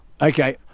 Okay